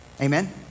Amen